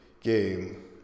game